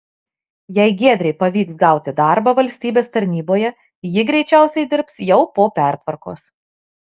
jei giedrei pavyks gauti darbą valstybės tarnyboje ji greičiausiai dirbs jau po pertvarkos